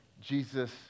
Jesus